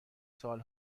سال